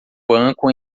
banco